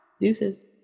Deuces